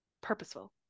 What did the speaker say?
purposeful